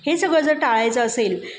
हेच सगळं जर टाळायचं असेल